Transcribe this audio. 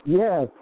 yes